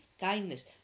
kindness